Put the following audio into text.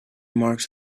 marked